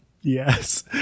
yes